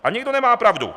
A někdo nemá pravdu.